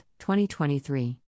2023